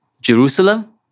Jerusalem